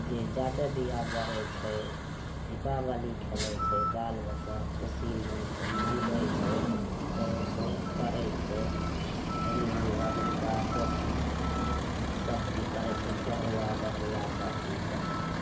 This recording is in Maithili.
जे जादे दीया जरय छै दीपावली खेलय छै बाल बच्चा खुशी मोनसँ मनबय छै दौड़ धूप करय छै अङ्गना घर नीपा पोछी सब चीज करय छै चढ़ौआ बढ़ौआ सबचीज करय छै